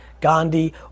Gandhi